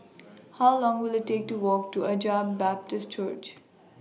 How Long Will IT Take to Walk to Agape Baptist Church